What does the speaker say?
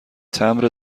تمبر